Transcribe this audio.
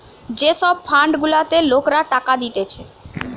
যে সব ফান্ড গুলাতে লোকরা টাকা দিতেছে